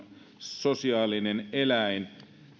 sosiaalinen eläin